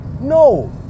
No